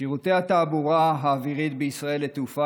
שירותי התעבורה האווירית בישראל לתעופה